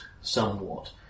somewhat